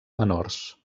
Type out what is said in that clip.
menors